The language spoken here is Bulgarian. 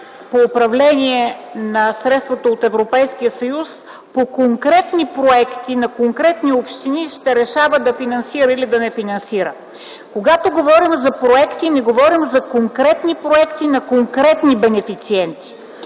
по управление на средствата от Европейския съюз по конкретни проекти, на конкретни общини ще решава да финансира или да не финансира. Когато говорим за проекти, не говорим за конкретни проекти на конкретни бенефициенти,